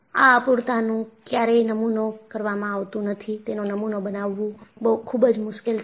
આ અપૂર્ણતાનનું ક્યારેય નમુનો કરવામાં આવતું નથી તેનો નમુનો બનાવવું ખૂબ મુશ્કેલ છે